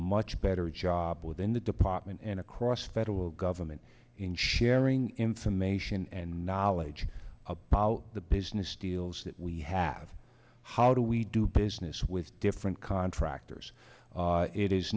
much better job within the department and across federal government in sharing information and knowledge about the business deals that we have how do we do business with different contractors it is